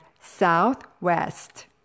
southwest